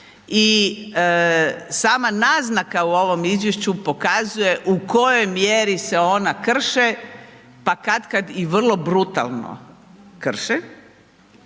i sama naznaka u ovom izvješću pokazuje u kojoj mjeri se ona krše, pa katkad i vrlo brutalno krše,